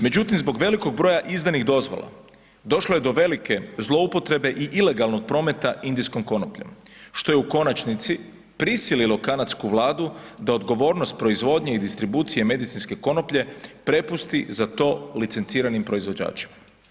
Međutim, zbog velikog broja izdanih dozvola, došlo je do velike zloupotrebe i ilegalnog prometa indijskom konopljom, što je u konačnici prisililo kanadsku Vladu da odgovornost proizvodnje i distribucije medicinske konoplje prepusti za to licenciranim proizvođačima.